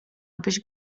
abyś